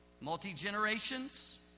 Multi-generations